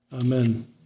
Amen